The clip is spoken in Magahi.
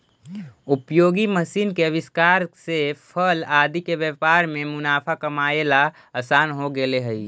उपयोगी मशीन के आविष्कार से फल आदि के व्यापार में मुनाफा कमाएला असान हो गेले हई